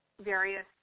various